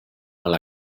mal